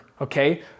okay